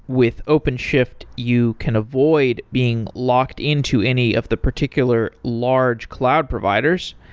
with openshift, you can avoid being locked into any of the particular large cloud providers.